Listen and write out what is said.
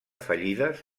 fallides